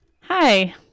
Hi